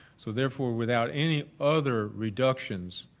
so therefore without any other reductions,